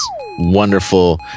wonderful